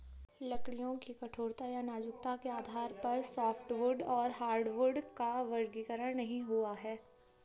लकड़ियों की कठोरता या नाजुकता के आधार पर सॉफ्टवुड या हार्डवुड का वर्गीकरण नहीं हुआ है